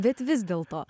bet vis dėlto